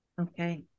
okay